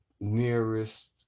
nearest